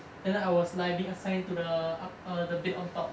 then I was like being assigned to the up~ err the bed on top